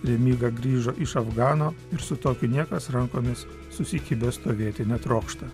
remyga grįžo iš afgano ir su tokiu niekas rankomis susikibę stovėti netrokšta